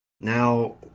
Now